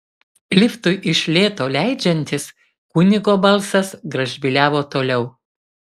liftui iš lėto leidžiantis kunigo balsas gražbyliavo toliau